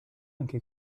anche